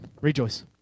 Rejoice